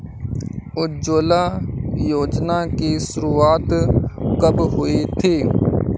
उज्ज्वला योजना की शुरुआत कब हुई थी?